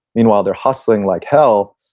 meanwhile they are hustling like hell,